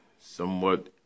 somewhat